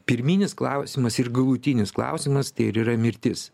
pirminis klausimas ir galutinis klausimas tai ir yra mirtis